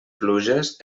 pluges